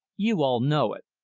you all know it.